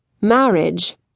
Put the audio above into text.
marriage